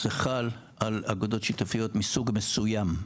זה חל על אגודות שיתופיות מסוג מסוים,